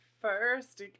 first